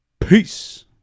Peace